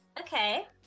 Okay